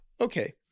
Okay